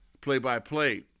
play-by-play